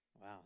Wow